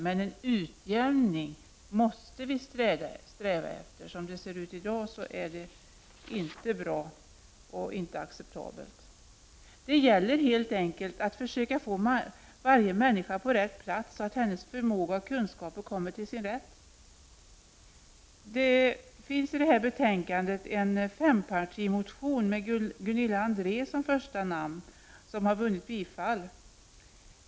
Men vi måste sträva efter en utjämning. Som det ser ut i dag är det inte bra och inte acceptabelt. Det gäller helt enkelt att försöka få varje människa på rätt plats så att hennes förmåga och kunskaper kommer till sin rätt. Det finns i detta betänkande en fempartimotion med Gunilla André som första namn. Den tillstyrks av utskottet.